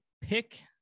pick